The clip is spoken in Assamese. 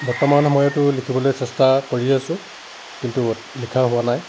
বৰ্তমান সময়তো লিখিবলৈ চেষ্টা কৰি আছোঁ কিন্তু লিখা হোৱা নাই